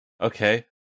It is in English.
okay